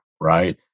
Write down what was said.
right